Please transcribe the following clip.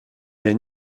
est